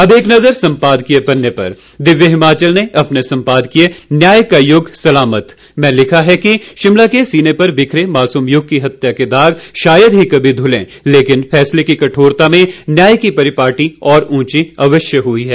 अब एक नजर संपादकीय पन्ने पर दिव्य हिमाचल ने अपने संपादकीय न्याय का युग सलामत में लिखा है कि शिमला के सीने पर बिखरे मासूम युग की हत्या के दाग शायद ही कभी धुलें लेकिन फैसले की कठोरता में न्याय की परिपाटी और ऊंची अवश्य हुई है